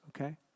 okay